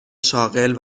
شاغل